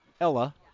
Ella